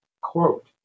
Quote